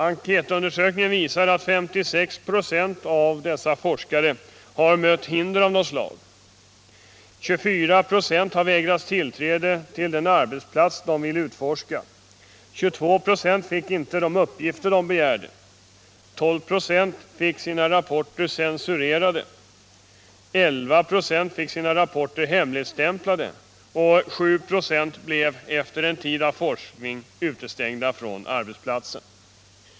Enkätundersökningen visar att 56 26 av dessa forskare har mött hinder av något slag, 24 96 har vägrats tillträde till den arbetsplats som de ville utforska, 22 96 fick inte de uppgifter de begärde, 12 26 fick sina rapporter censurerade, 11 96 fick sina rapporter hemligstämplade och 7 96 blev efter en tid av forskning utestängda från arbetsplatsen.